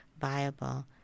viable